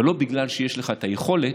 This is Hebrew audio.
אבל לא בגלל שיש לך היכולת